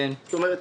זאת אומרת,